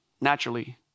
naturally